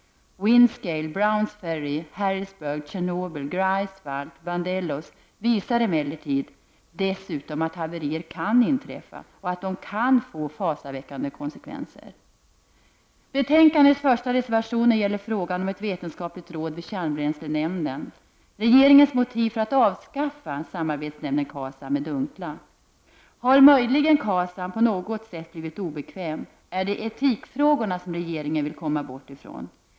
Windscale, Browns Ferry, Harrisburg, Tjernobyl, Greifswald och Vandellos visar emellertid att haverier kan inträffa och att de kan få fasaväckande konsekvenser. Vår första reservation behandlar frågan om ett vetenskapligt råd vid kärnbränslenämnden. Regeringens motiv för att avskaffa samrådsnämnden KA SAM är dunkla. Har möjligen KASAM på något sätt blivit obekväm? Är det etikfrågorna som regeringen vill komma bort ifrån?